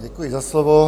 Děkuji za slovo.